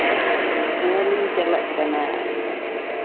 ᱦᱮᱸ ᱞᱤᱧ ᱪᱟᱞᱟᱜ ᱠᱟᱱᱟ